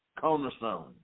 cornerstone